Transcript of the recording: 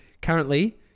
currently